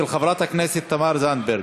מס' 4713, של חברת הכנסת תמר זנדברג.